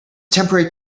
temporary